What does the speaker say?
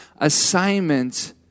assignment